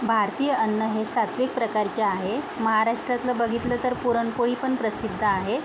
भारतीय अन्न हे सात्त्विक प्रकारचे आहे महाराष्ट्रातलं बघितलं तर पुरणपोळीपण प्रसिद्ध आहे